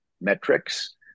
metrics